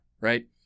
right